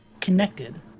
connected